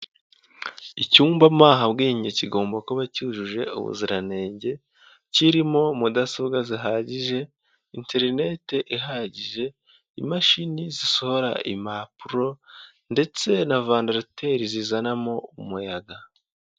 Icyumba mpahabwenge kigomba kuba cyujuje ubuziranenge, kirimo mudasobwa zihagije, interineti ihagije, imashini zisohora impapuro ndetse na venderateri zizanamo umuyaga.